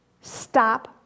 Stop